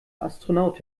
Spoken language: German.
astronaut